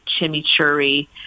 chimichurri